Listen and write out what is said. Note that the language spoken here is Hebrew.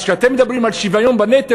אז כשאתם מדברים על שוויון בנטל,